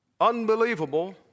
unbelievable